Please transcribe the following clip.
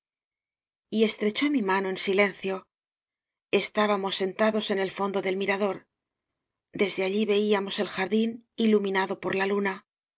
nunca y estrechó mi mano en silencio estába mos sentados en el fondo del mirador desde allí veíamos el jardín iluminado por la luna los